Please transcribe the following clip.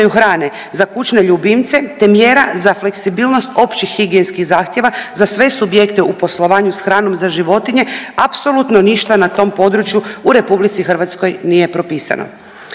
hrane za kućne ljubimce, te mjera za fleksibilnost općih higijenskih zahtjeva za sve subjekte u poslovanju s hranom za životinje apsolutno ništa na tom području u RH nije propisano.